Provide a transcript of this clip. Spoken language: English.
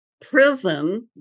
prison